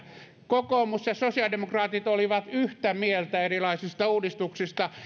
kokoomus ja sosiaalidemokraatit olivat yhtä mieltä erilaisista uudistuksista